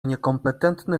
niekompetentny